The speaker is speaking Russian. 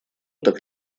так